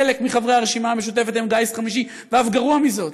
חלק מחברי הרשימה המשותפת הם גיס חמישי ואף גרוע מזה,